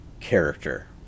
character